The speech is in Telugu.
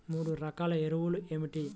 మూడు రకాల ఎరువులు ఏమిటి?